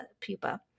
Pupa